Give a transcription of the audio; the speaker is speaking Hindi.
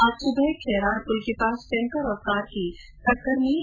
आज सुबह खेराड पुल के पास टैंकर और कार मे टक्कर हो गई